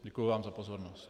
Děkuji vám za pozornost.